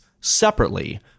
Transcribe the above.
separately